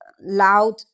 loud